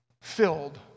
filled